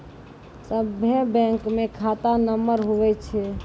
सभे बैंकमे खाता नम्बर हुवै छै